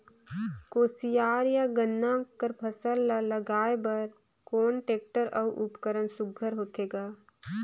कोशियार या गन्ना कर फसल ल लगाय बर कोन टेक्टर अउ उपकरण सुघ्घर होथे ग?